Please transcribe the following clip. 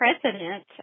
president